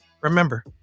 Remember